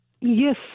Yes